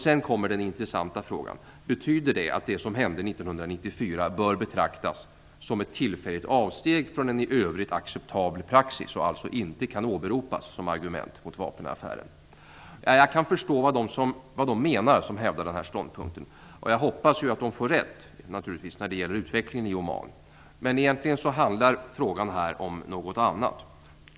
Sedan kommer den intressanta frågan: Betyder det att det som hände år 1994 bör betraktas som ett tillfälligt avsteg från en i övrigt acceptabel praxis och alltså inte kan åberopas som argument mot vapenaffären? Jag kan förstå vad de menar som hävdar den ståndpunkten. Jag hoppas att de får rätt när det gäller utvecklingen i Oman. Men egentligen handlar frågan om någonting annat.